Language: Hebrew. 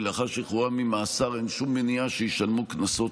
ולאחר שחרורם ממאסר אין שום מניעה שישלמו קנסות